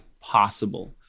possible